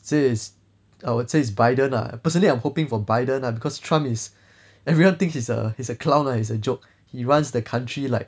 say is I would say it's biden lah personally I'm hoping for biden lah because trump is everyone thinks he's a is a clown lah he's a joke he runs the country like